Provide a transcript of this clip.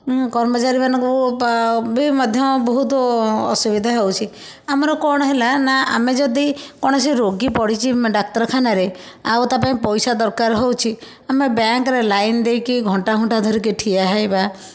ଉଁ କର୍ମଚାରୀମାନଙ୍କୁ ବା ବି ମଧ୍ୟ ବହୁତ ଅସୁବିଧା ହେଉଛି ଆମର କ'ଣ ହେଲା ନା ଆମେ ଯଦି କୌଣସି ରୋଗୀ ପଡ଼ିଛି ଡ଼ାକ୍ତରଖାନାରେ ଆଉ ତା'ପାଇଁ ପଇସା ଦରକାର ହେଉଛି ଆମେ ବ୍ୟାଙ୍କରେ ଲାଇନ୍ ଦେଇକି ଘଣ୍ଟା ଘଣ୍ଟା ଧରିକି ଠିଆ ହେବା